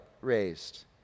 raised